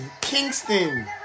Kingston